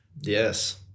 Yes